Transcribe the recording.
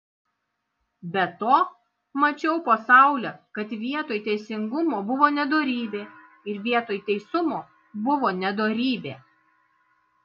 be to mačiau po saule kad vietoj teisingumo buvo nedorybė ir vietoj teisumo buvo nedorybė